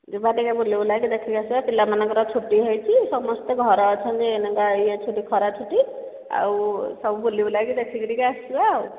ଯିବା ଟିକିଏ ବୁଲିବୁଲା କି ଦେଖିକି ଆସିବା ପିଲାମାନଙ୍କର ଛୁଟି ହୋଇଛି ସମସ୍ତେ ଘରେ ଅଛନ୍ତି ଏଇନେକା ଇଏ ଛୁଟି ଖରାଛୁଟି ଆଉ ସବୁ ବୁଲି ବୁଲାକି ଦେଖିକି ଟିକିଏ ଆସିବା ଆଉ